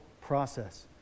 process